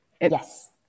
yes